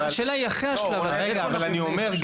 השאלה היא, איפה אנחנו עומדים אחרי השלב הזה?